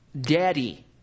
daddy